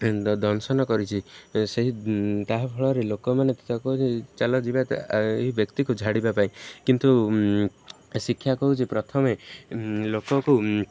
ଦଂଶନ କରିଛି ସେହି ତାହା ଫଳରେ ଲୋକମାନେ ତାକୁ ଚାଲ ଯିବା ଏହି ବ୍ୟକ୍ତିକୁ ଝାଡ଼ିବା ପାଇଁ କିନ୍ତୁ ଶିକ୍ଷା କହୁଚି ପ୍ରଥମେ ଲୋକକୁ